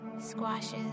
squashes